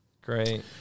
great